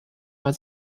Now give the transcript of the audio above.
war